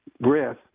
breath